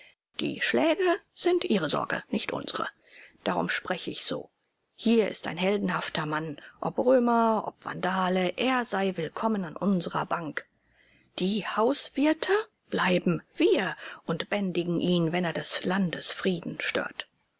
die schläge sind ihre sorge nicht unsere darum spreche ich so hier ist ein heldenhafter mann ob römer ob vandale er sei willkommen an unserer bank die hauswirte bleiben wir und bändigen ihn wenn er des landes frieden stört